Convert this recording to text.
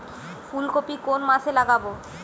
ফুলকপি কোন মাসে লাগাবো?